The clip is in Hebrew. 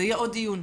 זה יהיה עוד דיון.